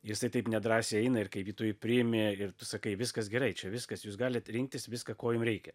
jisai taip nedrąsiai eina ir kai tu jį priimi ir tu sakai viskas gerai čia viskas jūs galit rinktis viską ko jum reikia